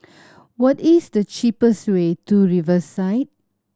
what is the cheapest way to Riverside